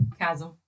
chasm